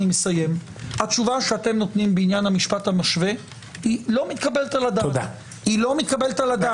התשובה שאתם נותנים בעניין המשפט המשווה לא מתקבלת על הדעת.